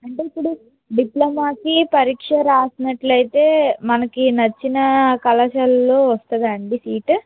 అంటే ఇప్పుడు డిప్లమోకి పరీక్ష రాసినట్టు అయితే మనకి నచ్చిన కళాశాలలో వస్తుందా అండి సీట్